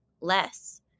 less